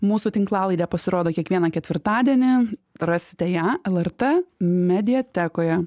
mūsų tinklalaidė pasirodo kiekvieną ketvirtadienį rasite ją lrt mediatekoje